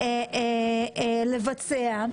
לבצע,